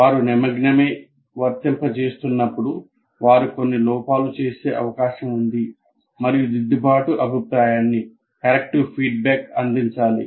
వారు నిమగ్నమై వర్తింప చేస్తున్నప్పుడు వారు కొన్ని లోపాలు చేసే అవకాశం ఉంది మరియు దిద్దుబాటు అభిప్రాయాన్ని అందించాలి